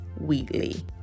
Wheatley